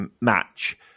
match